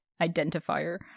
identifier